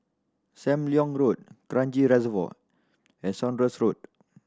Sam Leong Road Kranji Reservoir and Saunders Road